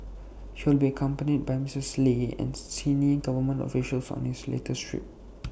he will be accompanied by Misters lee and senior government officials on his latest trip